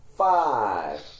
Five